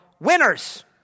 winners